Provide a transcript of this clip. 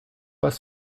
pas